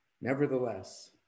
Nevertheless